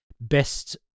best